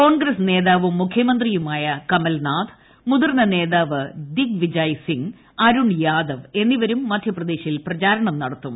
കോൺഗ്രസ്സ് നേതാവും മുഖ്യമന്ത്രിയുമായ കമൽനാഥ് മുതിർന്ന നേതാവ് ദിഗ് വിജയ് സിംഗ് അരുൺ യാദവ് എന്നിവരും മധ്യപ്രദേശിൽ പ്രചാരണം നടത്തും